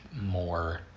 more